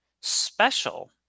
Special